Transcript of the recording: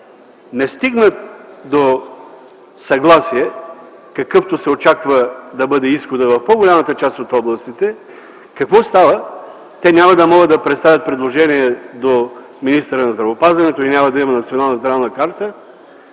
не стигнат до съгласие, какъвто се очаква да бъде изходът в по-голямата част от областите, какво става? Те няма да могат да представят предложение до министъра на здравеопазването и няма да има Национална здравна карта